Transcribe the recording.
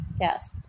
yes